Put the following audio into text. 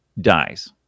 dies